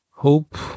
Hope